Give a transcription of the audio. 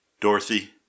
Dorothy